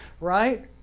right